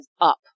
up